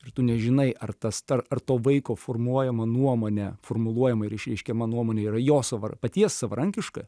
ir tu nežinai ar tas tar ar to vaiko formuojama nuomonė formuluojama ir išreiškiama nuomonė yra jo savar paties savarankiškai